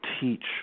teach –